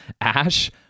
Ash